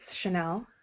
Chanel